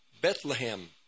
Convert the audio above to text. Bethlehem